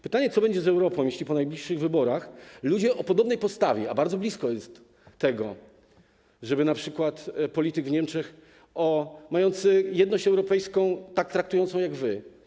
Pytanie, co będzie z Europą, jeśli po najbliższych wyborach ludzie o podobnej postawie, a jest bardzo blisko tego, żeby np. polityk w Niemczech traktujący jedność europejską tak jak wy.